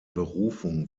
berufung